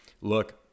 look